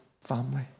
family